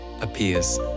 appears